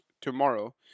tomorrow